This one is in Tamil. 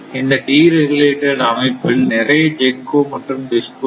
இந்த டீ ரெகுலேட்டட் அமைப்பில் நிறைய GENCO மற்றும் DISCO இருக்கும்